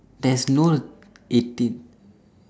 there's no eighteen